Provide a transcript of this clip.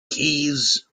keys